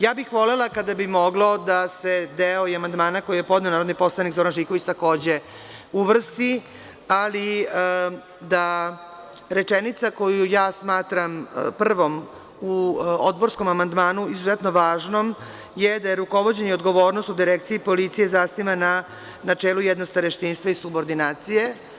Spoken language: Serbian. Ja bih volela kada bi moglo da se deo amandmana koji je podneo narodni poslanik Zoran Živković takođe uvrsti, ali da rečenica koju ja smatram prvom u odborskom amandmanu, izuzetno važnom, je da se rukovođenje odgovornosti u direkciji policije zasniva na načelu jednostareštinstva i subordinacije.